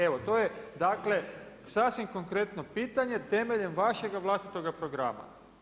Evo to je dakle, sasvim konkretno pitanje, temeljem vašega vlastitoga programa.